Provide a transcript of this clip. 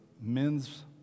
men's